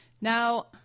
Now